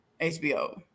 HBO